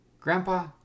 Grandpa